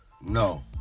no